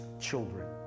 children